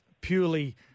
purely